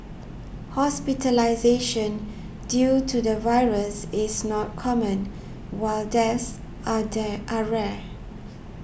hospitalisation due to the virus is not common while deaths are die are rare